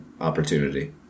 opportunity